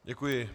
Děkuji.